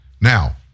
Now